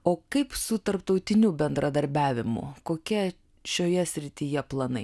o kaip su tarptautiniu bendradarbiavimu kokie šioje srityje planai